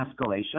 escalation